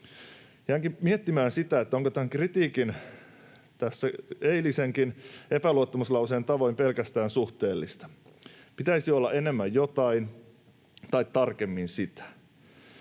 Jäinkin miettimään sitä, että on tämä kritiikki tässä eilisenkin epäluottamuslauseen tavoin pelkästään suhteellista. Pitäisi olla ”enemmän jotain” tai ”tarkemmin sitä”.